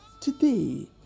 Today